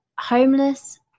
homeless